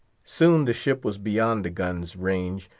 soon the ship was beyond the gun's range,